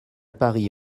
paris